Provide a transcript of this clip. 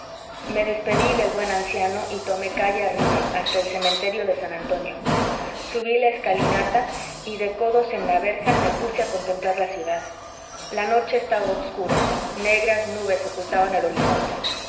me despedí del buen anciano y tomé calle arriba hasta el cementerio de san antonio subí la escalinata y de codos en la verja me puse a contemplar la ciudad la noche estaba obscura negras nubes ocultaban el horizonte